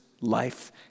life